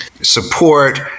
support